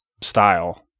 style